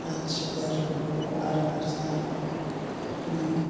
जाथिफोर बर' आरो हारसा दङ